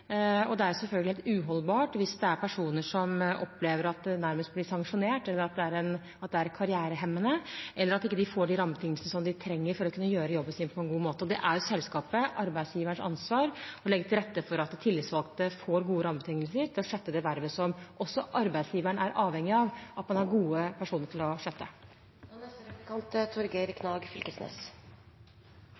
sin. Det er selvfølgelig helt uholdbart hvis det er personer som opplever at de nærmest blir sanksjonert, at det er karrierehemmende, eller at de ikke får de rammebetingelsene de trenger for å kunne gjøre jobben sin på en god måte. Det er selskapets, arbeidsgiverens, ansvar å legge til rette for at de tillitsvalgte får gode rammebetingelser til å skjøtte det vervet som også arbeidsgiveren er avhengig av at man har gode personer til å skjøtte. Det har vore interessant å følgje replikkrunden, og mange av dei tinga eg lurte litt på, er